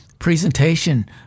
presentation